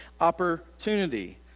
opportunity